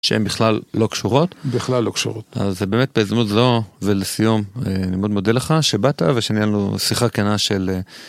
שהן בכלל לא קשורות. בכלל לא קשורות. אז באמת בהזדמנות זו ולסיום אני מאוד מודה לך שבאת, ושניהלנו שיחה כנה של.